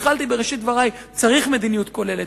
התחלתי בראשית דברי: צריך מדיניות כוללת,